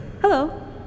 Hello